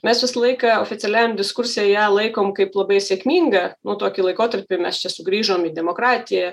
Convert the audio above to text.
mes visą laiką oficialiam diskurse ją laikom kaip labai sėkmingą nu tokį laikotarpį mes čia sugrįžom į demokratiją